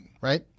right